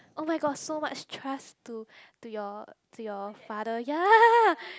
oh-my-god so much trust to to your to your father ya